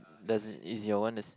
does is your one the same